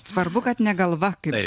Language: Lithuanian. svarbu kad ne galva kaip čia